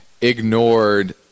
ignored